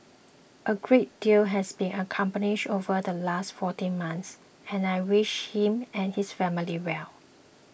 a great deal has been accomplished over the last fourteen months and I wish him and his family well